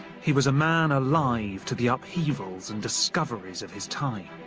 he was a man alive to the upheavals and discoveries of his time.